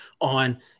on